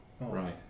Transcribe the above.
Right